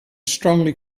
strongly